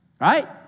Right